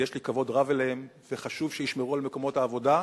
ויש לי כבוד רב אליהם וחשוב שישמרו על מקומות העבודה,